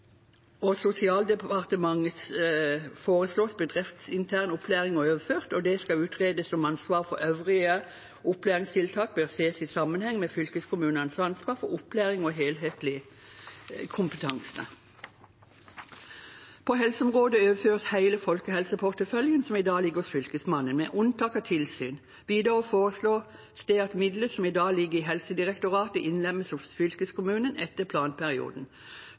og sosialdepartementet foreslås bedriftsintern opplæring overført, og det skal utredes om ansvaret for øvrige opplæringstiltak bør ses i sammenheng med fylkeskommunenes ansvar for opplæring og helhetlig kompetanse. På helseområdet overføres hele folkehelseporteføljen som i dag ligger hos Fylkesmannen, med unntak av tilsyn. Videre foreslås det at midler som i dag ligger i Helsedirektoratet, innlemmes hos fylkeskommunen etter planperioden.